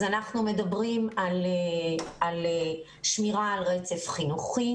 אז אנחנו מדברים על שמירה על רצף חינוכי